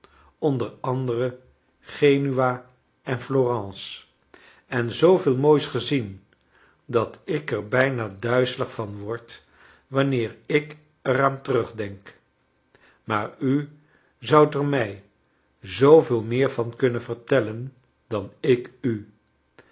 o a genua en florence en zooveel moois gezien dat ik er bijna duizelig van word wanneer ik er aan terugdenk maar u zoudt er mij zooveel meer van kunnen vertellen dan ik u